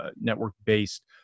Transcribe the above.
network-based